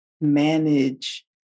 manage